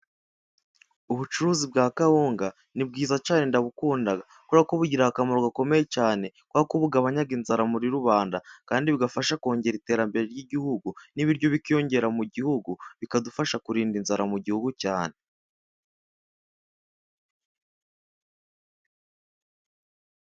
Ubucuruzi bwa kawunga ni bwiza cyane ndabukunda, kubera bugirira akamaro gakomeye cyane, kubera ko bugabanya inzara muri rubanda, kandi bugafasha kongera iterambere ry'igihugu n'ibiryo bikiyongera mu gihugu, bikadufasha kurinda inzara mu gihugu cyane.